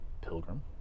pilgrim